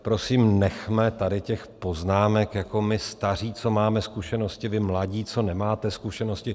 Prosím, nechme tady těch poznámek, jako my staří, co máme zkušenosti, vy mladí, co nemáte zkušenosti.